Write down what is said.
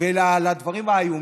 ולדברים האיומים.